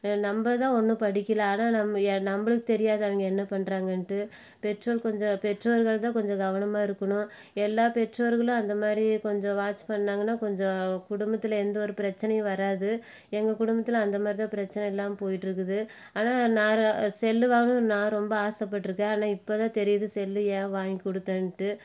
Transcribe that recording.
நம்ம தான் ஒன்றும் படிக்கலை ஆனால் நம்ம நம்மளுக்கு தெரியாத அவங்க என்ன பண்ணுறாங்கன்னுட்டு பெற்றோர் கொஞ்சம் பெற்றோர்கள் தான் கொஞ்சம் கவனமாயிருக்கணும் எல்லா பெற்றோர்களும் அந்த மாதிரி கொஞ்சம் வாட்ச் பண்ணிணாங்கன்னா கொஞ்சம் குடும்பத்தில் எந்த ஒரு பிரச்சனையும் வராது எங்கள் குடும்பத்தில் அந்தமாதிரி தான் பிரச்சனை இல்லாமல் போய்ட்டு இருக்குது ஆனால் நாங்கள் செல் வாங்கினா நான் ரொம்ப ஆசை பட்ருக்கேன் ஆனால் இப்போ தான் தெரியுது செல் ஏன் வாங்கி குடுத்தேன்னுட்டு